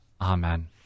Amen